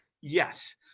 Yes